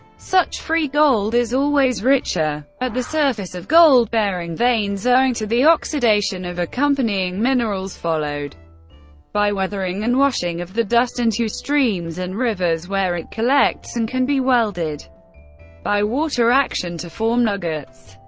such free gold is always richer at the surface of gold-bearing veins owing to the oxidation of accompanying minerals followed by weathering, and washing of the dust into streams and rivers, where it collects and can be welded by water action to form nuggets.